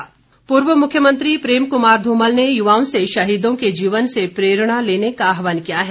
धुमल पूर्व मुख्यमंत्री प्रेम कुमार धूमल ने युवाओं से शहीदों के जीवन से प्रेरणा लेने का आहवान किया है